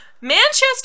Manchester